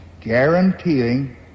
guaranteeing